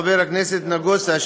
חבר הכנסת נגוסה,